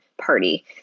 party